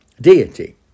deity